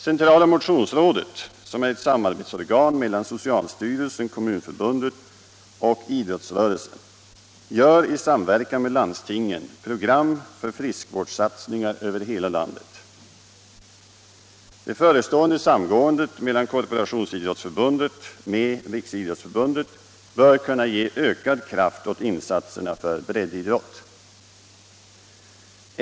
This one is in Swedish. Centrala motionsrådet, som är ett samarbetsorgan mellan socialstyrelsen, Kommunförbundet och idrottsrörelsen, gör i samverkan med landstingen upp program för friskvårdssatsningar över hela landet. Det förestående samgåendet mellan Korporationsidrottsförbundet och Riksidrottsförbundet bör kunna ge ökad kraft åt satsningarna för bredd” idrott.